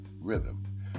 rhythm